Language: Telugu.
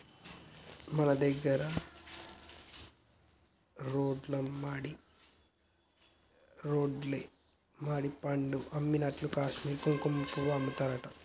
మన దగ్గర రోడ్లెమ్బడి పండ్లు అమ్మినట్లు కాశ్మీర్ల కుంకుమపువ్వు అమ్ముతారట